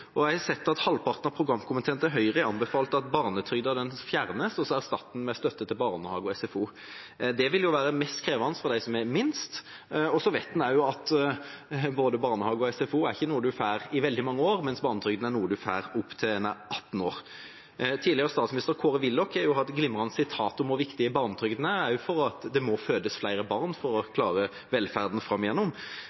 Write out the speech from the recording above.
Jeg har sett at halvparten av Høyres programkomité har anbefalt at barnetrygden fjernes og erstattes med støtte til barnehage og SFO. Det vil være mest krevende for dem som har minst. Og så vet en også at barnehage og SFO ikke er noe en får i veldig mange år, mens barnetrygden er noe en får opp til en er 18 år. Tidligere statsminister Kåre Willoch har hatt glimrende sitater om hvor viktig barnetrygden er, og det er også fordi det må fødes flere barn for å